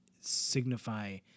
signify